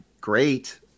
great